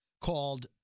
called